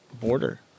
border